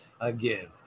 Again